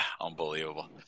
unbelievable